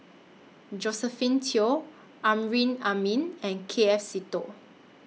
Josephine Teo Amrin Amin and K F Seetoh